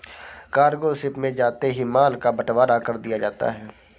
cargo ship में जाते ही माल का बंटवारा कर दिया जाता है